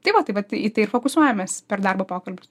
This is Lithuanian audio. tai va tai į tai fokusuojamės per darbo pokalbius